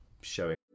showing